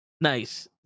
Nice